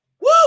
Woo